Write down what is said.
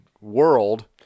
world